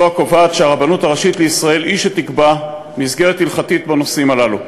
זו הקובעת שהרבנות הראשית לישראל היא שתקבע מסגרת הלכתית בנושאים הללו,